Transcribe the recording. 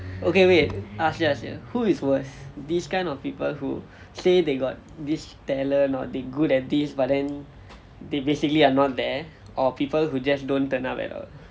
okay wait ask you ask you who is worse these kind of people who say they got this talent or they good at this but then they basically are not there or people who just don't turn up at all